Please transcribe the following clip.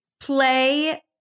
play